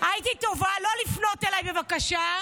הייתי טובה ------ לא לפנות אליי, בבקשה.